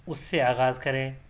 اُس سے آغاز کریں